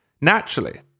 naturally